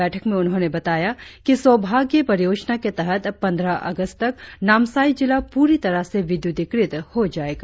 बैठक में उन्होंने बताया कि सौभास्य परियोजना के तहत पंटह असस्त तक नामसाई जिला परी तरह से विद्युतिकृत हो जाएगा